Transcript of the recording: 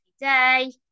day